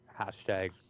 hashtag